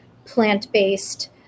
plant-based